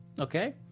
Okay